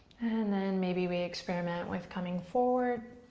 and then maybe we experiment with coming forward,